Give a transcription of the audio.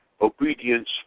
obedience